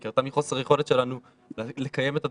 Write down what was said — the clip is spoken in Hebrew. היא קרתה מחוסר יכולת שלנו לקיים את הדברים.